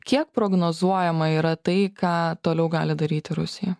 kiek prognozuojama yra tai ką toliau gali daryti rusija